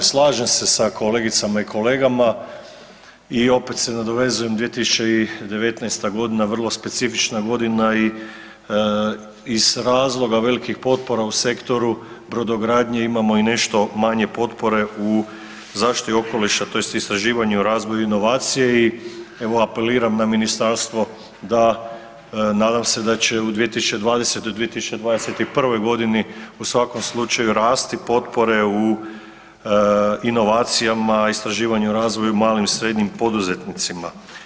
Slažem se sa kolegicama i kolegama i opet se nadovezujem 2019.g. je vrlo specifična godina i iz razloga velikih potpora u sektoru brodogradnje imamo nešto manje potpore u zaštiti okoliša tj. istraživanje i razvoju inovacije i evo apeliram na ministarstvo da nadam se da će u 2020., 2021.g. u svakom slučaju rasti potpore u inovacijama, istraživanju i razvoju malim i srednjim poduzetnicima.